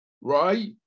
right